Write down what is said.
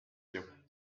tian